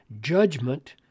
judgment